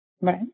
Right